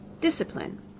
discipline